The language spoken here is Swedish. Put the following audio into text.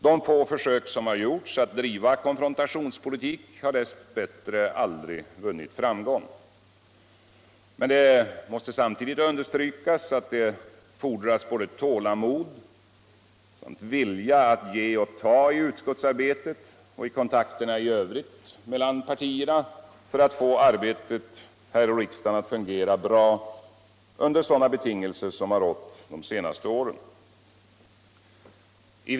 De få försök som gjorts att driva konfrontationspolitik har dess bättre aldrig vunnit framgång. Men det måste samtidigt understrykas att det fordras både tålamod och vilja att ge och ta i utskottsarbetet och i kontakterna i övrigt mellan partierna för att få arbetet här i riksdagen att fungera bra under sådana betingelser som har rått de senaste åren.